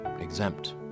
exempt